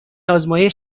آزمایش